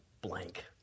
blank